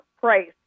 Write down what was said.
price